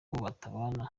batabana